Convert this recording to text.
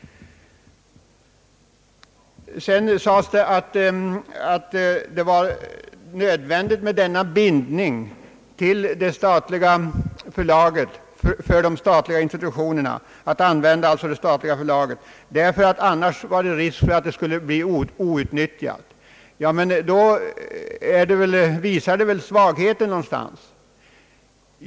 Det sades sedan, att det var nödvändigt för de statliga institutionerna att anlita det statliga förlaget, eftersom det annars fanns risk för att det skulle bli outnyttjat. Ja, men då visar väl detta att det finns en svaghet någonstans.